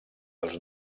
els